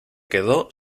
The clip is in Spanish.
quedó